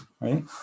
Right